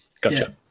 Gotcha